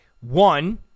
One